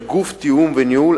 כגוף תיאום וניהול,